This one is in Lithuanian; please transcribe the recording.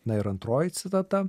na ir antroji citata